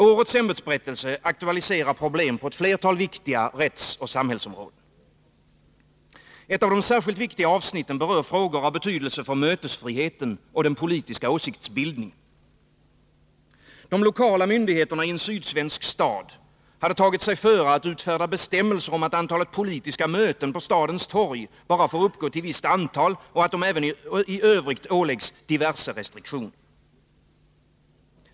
Årets ämbetsberättelse aktualiserar problem på ett flertal viktiga rättsoch samhällsområden. Ett av de särskilt viktiga avsnitten berör frågor av betydelse för mötesfriheten och den politiska åsiktsbildningen. De lokala myndigheterna i en sydsvensk stad har tagit sig före att utfärda bestämmelser om att antalet politiska möten på stadens torg bara får uppgå till en viss summa, och även i övrigt åläggs de diverse restriktioner.